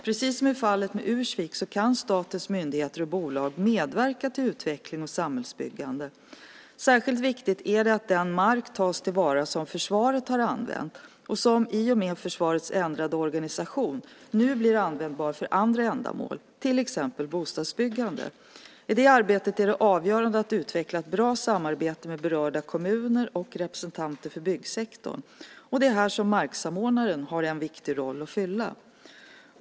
Precis som i fallet med Ursvik kan statens myndigheter och bolag medverka till utveckling och samhällsbyggande. Särskilt viktigt är det att den mark tas till vara som försvaret har använt och som i och med försvarets ändrade organisation nu blir användbar för andra ändamål, till exempel för bostadsbyggande. I det arbetet är det avgörande att utveckla ett bra samarbete med berörda kommuner och representanter för byggsektorn. Och det är här som marksamordnaren har en viktig roll att fylla.